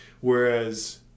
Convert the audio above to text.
Whereas